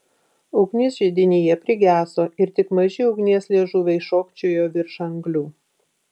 ugnis židinyje prigeso ir tik maži ugnies liežuviai šokčiojo virš anglių